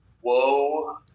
Whoa